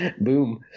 boom